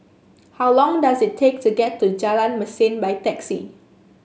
how long does it take to get to Jalan Mesin by taxi